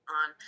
on